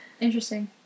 Interesting